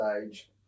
stage